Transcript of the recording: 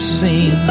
seen